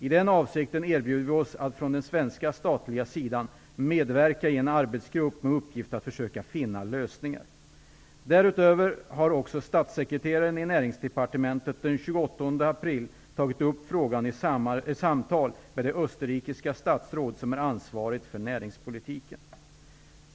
I den avsikten erbjuder vi oss att från den svenska statliga sidan medverka i en arbetsgrupp med uppgift att försöka finna lösningar. Därutöver har också statssekreteraren i Näringsdepartementet den 28 april tagit upp frågan i samtal med det österrikiska statsråd som är ansvarigt för näringspolitiken.